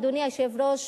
אדוני היושב-ראש,